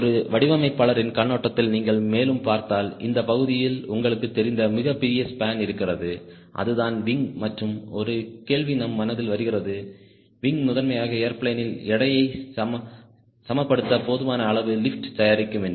ஒரு வடிவமைப்பாளரின் கண்ணோட்டத்தில் நீங்கள் மேலும் பார்த்தால் இந்த பகுதியில் உங்களுக்கு தெரிந்த மிகப்பெரிய ஸ்பேன் இருக்கிறது அதுதான் விங் மற்றும் ஒரு கேள்வி நம் மனதில் வருகிறது விங் முதன்மையாக ஏர்பிளேனின் எடையை சமப்படுத்த போதுமான அளவு லிப்ட் தயாரிக்கும் என்று